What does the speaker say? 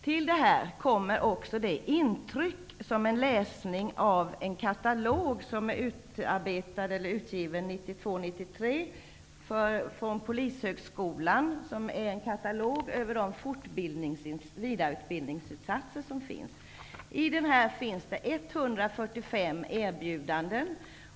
Till detta kommer det intryck som man får vid läsningen av en katalog utgiven 1992/93 av Polishögskolan. I katalogen finns en förteckning över vidareutbildningsinsatser. Här finns det 145 erbjudanden.